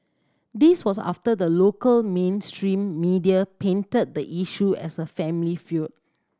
this was after the local mainstream media painted the issue as a family feud